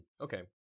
okay